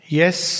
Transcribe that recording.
yes